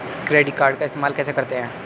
Credit card को इस्तेमाल कैसे करते हैं?